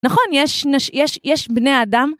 נכון, יש בני אדם.